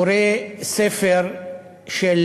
קורא ספר של